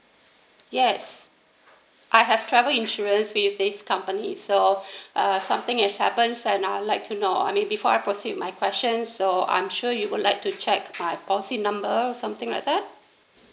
yes I have travel insurance with this company so uh something has happened so I'd like to know maybe before I proceed with my question so I'm sure you would like to check my policy number or something like that